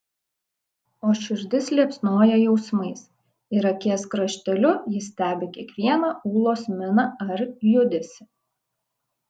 o širdis liepsnoja jausmais ir akies krašteliu jis stebi kiekvieną ūlos miną ar judesį